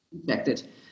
infected